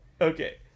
Okay